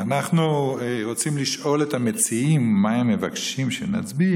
אנחנו רוצים לשאול את המציעים מה הם מבקשים שנצביע,